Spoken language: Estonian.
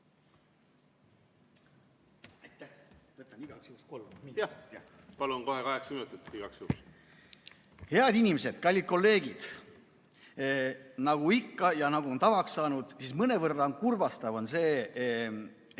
Head inimesed! Kallid kolleegid! Nagu ikka ja nagu on tavaks saanud, mõnevõrra kurvastav on see, et